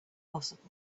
possible